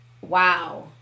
Wow